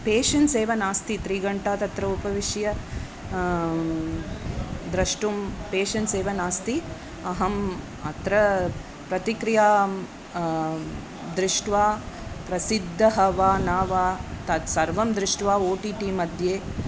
patience एव नास्ति त्रिघण्टा तत्र उपविश्य द्रष्टुं पेशन्स् एव नास्ति अहम् अत्र प्रतिक्रियां दृष्ट्वा प्रसिद्धः वा न वा तत्सर्वं दृष्ट्वा ओटिटिमध्ये